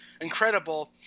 incredible